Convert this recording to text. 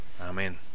Amen